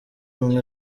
ubumwe